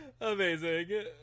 Amazing